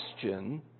question